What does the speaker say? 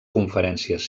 conferències